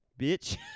bitch